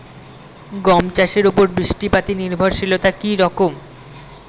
গম চাষের উপর বৃষ্টিপাতে নির্ভরশীলতা কী রকম?